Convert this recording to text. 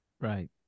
Right